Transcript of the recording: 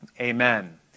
amen